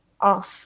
off